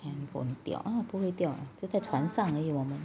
handphone 掉它不会掉就在床上而已我们